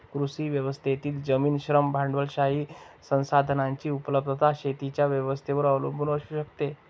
कृषी व्यवस्थेतील जमीन, श्रम, भांडवलशाही संसाधनांची उपलब्धता शेतीच्या व्यवस्थेवर अवलंबून असू शकते